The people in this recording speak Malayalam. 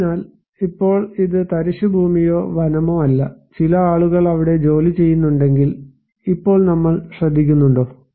അതിനാൽ ഇപ്പോൾ ഇത് തരിശുഭൂമിയോ വനമോ അല്ല ചില ആളുകൾ അവിടെ ജോലി ചെയ്യുന്നുണ്ടെങ്കിൽ ഇപ്പോൾ നമ്മൾ ശ്രദ്ധിക്കുന്നുണ്ടോ